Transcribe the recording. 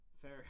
Fair